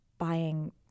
Buying